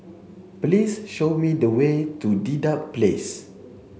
please show me the way to Dedap Place